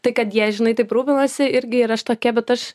tai kad jie žinai taip rūpinasi irgi ir aš tokia bet aš